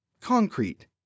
Concrete